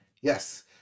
Yes